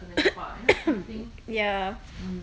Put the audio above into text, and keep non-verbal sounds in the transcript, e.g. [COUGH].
[COUGHS] ya